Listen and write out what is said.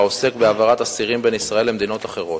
העוסקת בהעברת אסירים בין ישראל למדינות אחרות,